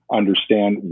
understand